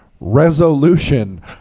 Resolution